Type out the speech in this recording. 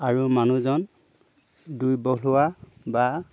আৰু মানুহজন দুৰ্বল হোৱা বা